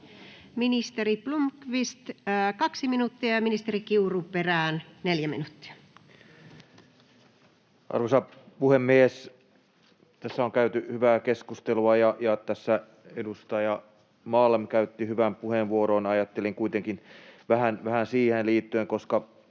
Ministeri Blomqvist, 2 minuuttia, ja ministeri Kiuru perään, 4 minuuttia. Arvoisa puhemies! Tässä on käyty hyvää keskustelua, ja tässä edustaja Malm käytti hyvän puheenvuoron. Ajattelin vähän siihen liittyen, kun